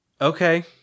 Okay